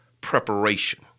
preparation